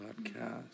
podcast